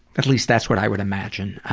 at least that's what i would imagine.